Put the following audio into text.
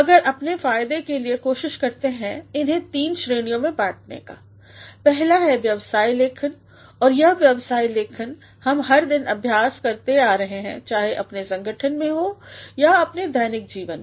मगर अपने फायदे के लिए कोशिश करते हैं इन्हें तीन श्रेणियों में बांटने का पहला है व्यवसाय लेखन और यह व्यवसाय लेखन हम हर दिन अभ्यास करते आ रहे हैं चाहे अपने संगठन में या अपने दैनिक जीवन में